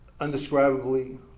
Undescribably